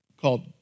called